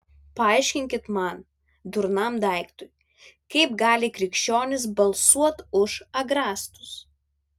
paaiškinkit man durnam daiktui kaip gali krikščionys balsuot už agrastus